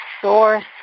source